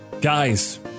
Guys